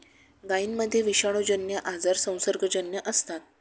गायींमध्ये विषाणूजन्य आजार संसर्गजन्य असतात